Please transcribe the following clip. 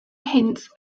hints